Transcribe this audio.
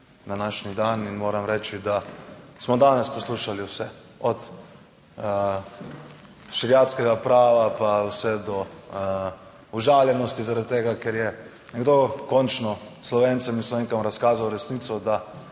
dan. In moram reči, da smo danes poslušali vse od šeriatskega prava pa vse do užaljenosti zaradi tega, ker je nekdo končno Slovencem in Slovenkam razkazal resnico, da